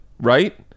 right